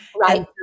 Right